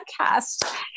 podcast